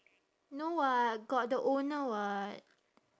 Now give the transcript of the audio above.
no [what] got the owner [what]